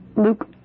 Luke